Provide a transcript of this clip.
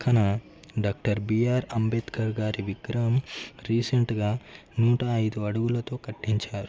పక్కన doctor BR Ambedkar గారి విగ్రహం రీసెంట్గా నూట ఐదు అడుగులతో కట్టించారు